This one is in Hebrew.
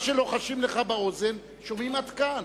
מה שלוחשים לך באוזן שומעים עד כאן.